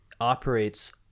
operates